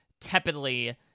tepidly